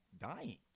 dying